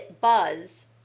buzz